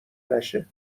نشه